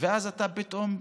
ואז פתאום,